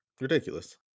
ridiculous